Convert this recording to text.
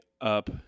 up